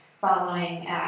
following